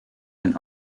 been